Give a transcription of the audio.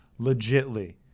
legitly